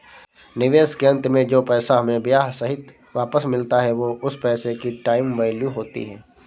निवेश के अंत में जो पैसा हमें ब्याह सहित वापस मिलता है वो उस पैसे की टाइम वैल्यू होती है